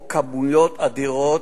או כמויות אדירות,